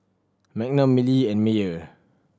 Magnum Mili and Mayer